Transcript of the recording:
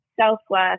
self-worth